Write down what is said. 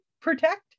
protect